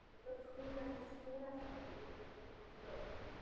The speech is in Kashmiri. مطلب تھوڑا تھوڑا سا بھی ٲسۍ نہٕ تِم اَصٕل